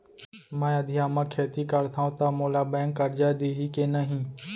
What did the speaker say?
मैं अधिया म खेती करथंव त मोला बैंक करजा दिही के नही?